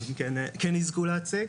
אז הם כן יזכו להציג.